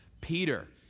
Peter